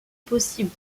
possible